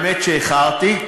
האמת שאיחרתי,